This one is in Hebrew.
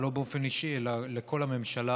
לא באופן אישי אלא לכל הממשלה: